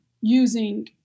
using